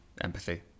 empathy